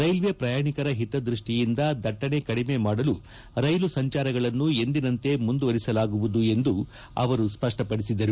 railway ಪ್ರಯಾಣಿಕರ ಒತದೃಷ್ಟಿಯಿಂದ ದಟ್ಟಣ ಕಡಿಮೆ ಮಾಡಲು ರೈಲು ಸಂಚಾರಗಳನ್ನು ಎಂದಿನಂತೆ ಮುಂದುವರಿಸಲಾಗುವುದು ಎಂದು ಅವರು ಸ್ಪಷ್ಟಪಡಿಸಿದರು